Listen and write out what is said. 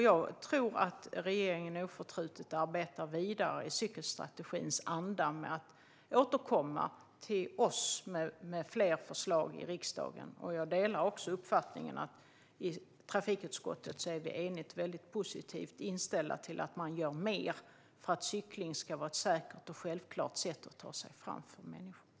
Jag tror att regeringen oförtrutet arbetar vidare i cykelstrategins anda och för att återkomma till oss i riksdagen med fler förslag. Jag delar också uppfattningen att vi i trafikutskottet är eniga om och positivt inställda till att man ska göra mer för att cykling ska vara ett säkert och självklart sätt för människor att ta sig fram.